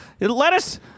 Lettuce